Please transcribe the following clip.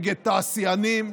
נגד תעשיינים,